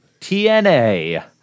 TNA